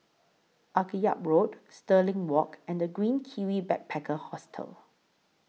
Akyab Road Stirling Walk and The Green Kiwi Backpacker Hostel